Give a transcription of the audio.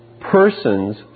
persons